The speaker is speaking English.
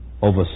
over